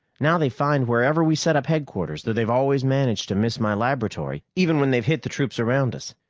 now they find wherever we set up headquarters, though they've always managed to miss my laboratory, even when they've hit the troops around us.